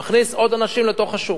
זה מכניס עוד אנשים לתוך השוק.